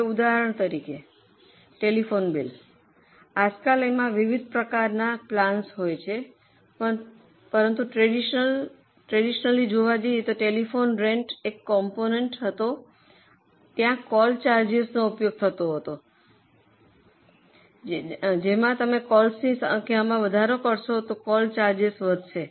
હવે ઉદાહરણ તરીકે ટેલિફોન બિલ આજકાલ ત્યાં વિવિધ પ્રકારના પ્લાન છે પરંતુ ટ્રેડિશનલિ ટેલિફોન રેન્ટ એક કોમ્પોનેન્ટ હતો અને ત્યાં કોલ ચાર્જિસનો ઉપયોગ થતો હતો કારણ કે તમે કોલ્સની સંખ્યામાં વધારે કરશો તો કોલ ચાર્જિસ વધશે